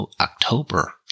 October